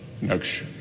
next